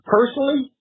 Personally